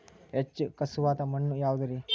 ಹೆಚ್ಚು ಖಸುವಾದ ಮಣ್ಣು ಯಾವುದು ರಿ?